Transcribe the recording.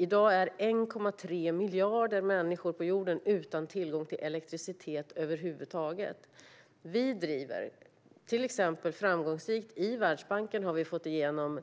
I dag är 1,3 miljarder människor på jorden utan tillgång till elektricitet över huvud taget. Vi driver detta framgångsrikt. Vi har till exempel